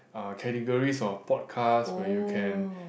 uh categories of podcast where you can